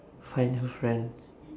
find her friend